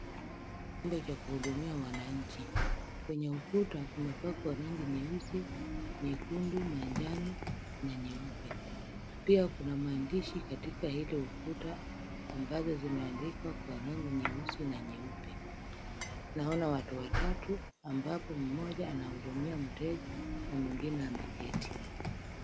Chumba cha kuhudumia wananchi. Kwenye ukuta kumepakwa rangi nyeusi, nyekundu, manjano na nyeupe. Pia kuna maandishi katika hilo ukuta ambazo zimeandikwa kwa rangi nyeusi na nyeupe. Naona watu watatu, ambapo mmoja anahudumia mteja na mwingine ameketi.